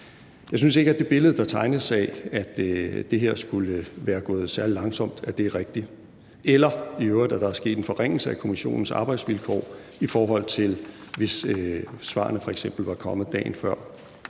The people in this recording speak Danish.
Jeg synes ikke, at det billede, der tegnes af, at det her skulle være gået særlig langsomt, er rigtigt, eller at der i øvrigt er sket en forringelse af kommissionens arbejdsvilkår, i forhold til hvis svarene f.eks. var kommet dagen før.